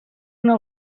una